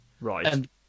Right